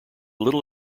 little